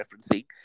referencing